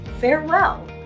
farewell